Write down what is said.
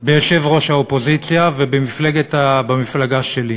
ביושב-ראש האופוזיציה ובמפלגת, במפלגה שלי.